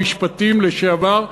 שר המשפטים לשעבר,